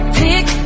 pick